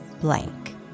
blank